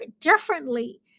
differently